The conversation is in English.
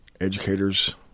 educators